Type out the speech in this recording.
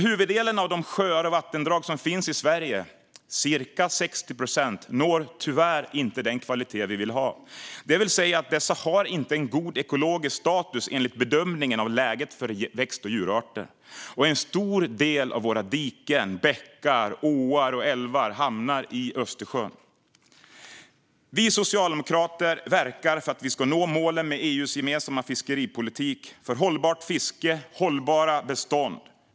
Huvuddelen av de sjöar och vattendrag som finns i Sverige, cirka 60 procent, når tyvärr inte upp till den kvalitet vi vill ha. De har alltså inte en god ekologisk status enligt bedömningen av läget för växt och djurarter. Och en stor del av vattnet i våra diken, bäckar, åar och älvar hamnar i Östersjön. Vi socialdemokrater verkar för att vi ska nå målen med EU:s gemensamma fiskeripolitik för hållbart fiske och hållbara bestånd.